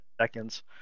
seconds